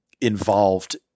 involved